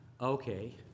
okay